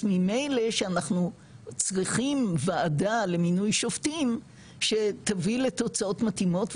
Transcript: אז ממילא שאנחנו צריכים ועדה למינוי שופטים שתביא לתוצאות מתאימות.